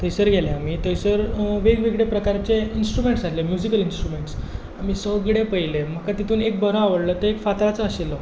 थंयसर गेले आमी थंयसर वेगळे वेगळे प्रकाराचे इंस्ट्रुमेंट्स आशिल्ले म्युजिकल इंस्ट्रुमेंट्स आमी सगळे पळयले म्हाका तितून बरो आवडलो ते एक फातराचो आशिल्लो